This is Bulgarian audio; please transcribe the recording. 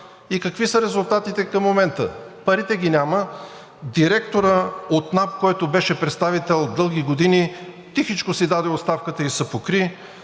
И какви са резултатите към момента? Парите ги няма, директорът от НАП, който беше представител дълги години, тихичко си даде оставката и се покри.